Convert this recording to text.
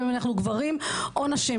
בין אם אנחנו גברים או נשים.